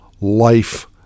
life